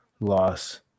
loss